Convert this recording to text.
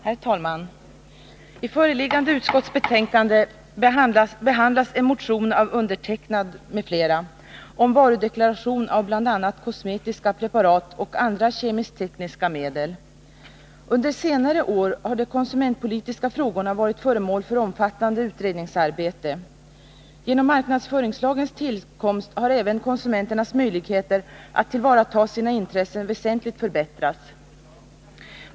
Herr talman! I föreliggande utskottsbetänkande behandlas en motion av Anna Eliasson, Bertil Fiskesjö och mig om varudeklaration av bl.a. kosmetiska preparat och andra kemisk-tekniska medel. Under senare år har de konsumentpolitiska frågorna varit föremål för ett omfattande utredningsarbete. Genom marknadsföringslagens tillkomst har även konsumenternas möjligheter att tillvarata sina intressen väsentligt förbättrats.